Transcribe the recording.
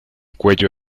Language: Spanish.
cuello